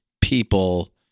people